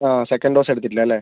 second dose എടുത്തിട്ടില്ല അല്ലെ